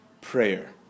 prayer